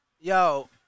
Yo